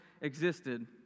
existed